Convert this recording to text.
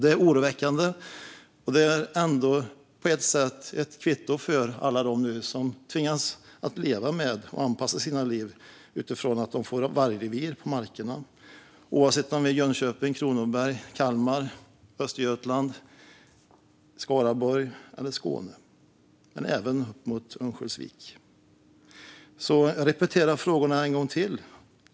Det är oroväckande, och det är ändå på något sätt ett kvitto för alla dem som nu tvingas leva med och anpassa sina liv utifrån att få vargrevir på markerna, oavsett om det är i Jönköping, Kronoberg, Kalmar, Östergötland, Skaraborg, Skåne eller uppåt mot Örnsköldsvik. Jag repeterar frågorna en gång till.